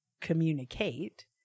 communicate